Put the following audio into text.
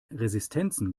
resistenzen